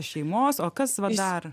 iš šeimos o kas va dar